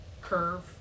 curve